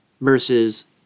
versus